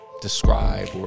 describe